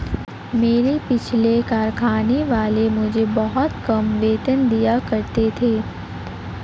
मेरे पिछले कारखाने वाले मुझे बहुत कम वेतन दिया करते थे